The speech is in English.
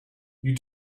you